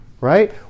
right